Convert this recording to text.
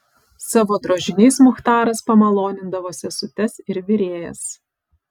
savo drožiniais muchtaras pamalonindavo sesutes ir virėjas